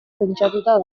pentsatuta